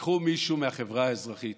תיקחו מישהו מהחברה האזרחית.